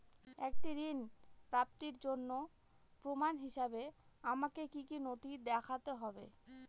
একটি ঋণ প্রাপ্তির জন্য প্রমাণ হিসাবে আমাকে কী কী নথি দেখাতে হবে?